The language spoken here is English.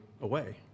away